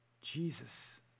Jesus